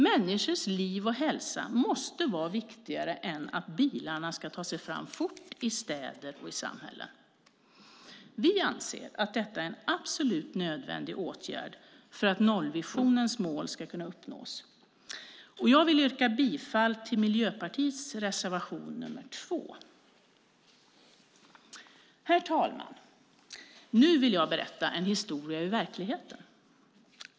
Människors liv och hälsa måste vara viktigare än att bilarna fort ska ta sig fram i städer och samhällen. Vi anser att detta är en absolut nödvändig åtgärd för att nollvisionens mål ska kunna uppnås. Jag yrkar därför bifall till reservation 2 från Miljöpartiet. Herr talman! Nu vill jag berätta en historia ur verkligenheten.